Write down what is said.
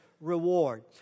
reward